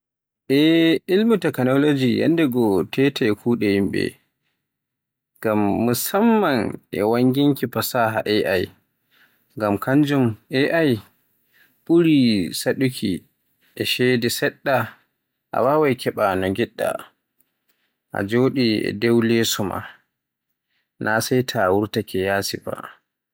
E ilmu takanoloji yanndegoo teteaai kuɗe yimɓe, ngam musamman e wanginki fasaha AI, ngam kanjum ɓuri saɗuuki e ceede seɗɗa a waawai keɓa no njiɗɗa, a joɗi e dow leeso ma na sai ta wurtaake ko toye ba.